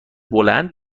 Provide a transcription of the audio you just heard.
بلند